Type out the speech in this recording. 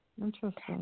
Interesting